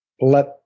let